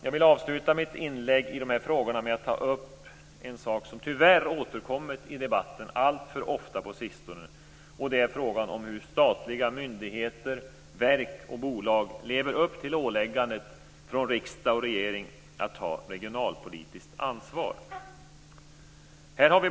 Jag vill avsluta mitt inlägg med att ta upp en fråga som tyvärr har återkommit i debatten alltför ofta på sistone, nämligen frågan om hur statliga myndigheter, verk och bolag lever upp till åläggandet från riksdag och regering att ta regionalpolitiskt ansvar.